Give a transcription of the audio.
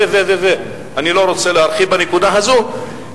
ואני לא רוצה להרחיב בנקודה הזאת,